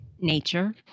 nature